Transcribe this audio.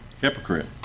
Hypocrite